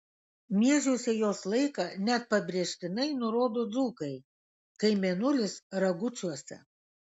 miežių sėjos laiką net pabrėžtinai nurodo dzūkai kai mėnulis ragučiuose